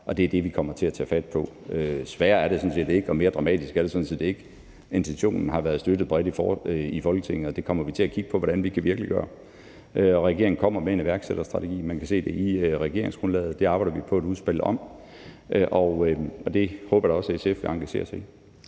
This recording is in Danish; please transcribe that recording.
og det er det, vi kommer til at tage fat på. Sværere er det sådan set ikke, og mere dramatisk er det sådan set ikke. Intentionen har været støttet bredt i Folketinget, og den kommer vi til at kigge på hvordan vi kan virkeliggøre. Regeringen kommer med en iværksætterstrategi, og den arbejder vi på et udspil om, og det håber jeg da også at SF vil engagere sig i.